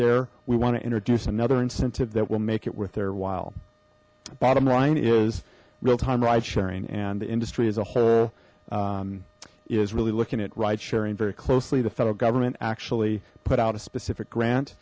there we want to introduce another incentive that will make it worth their while bottom line is real time ride sharing and the industry as a whole is really looking at ride sharing very closely the federal government actually put out a specific grant